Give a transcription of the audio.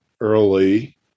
early